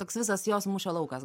toks visas jos mūšio laukas